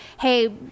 hey